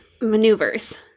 maneuvers